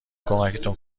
کمکتون